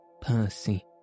Percy